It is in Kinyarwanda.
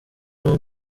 n’uwo